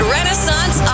Renaissance